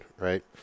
right